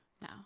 No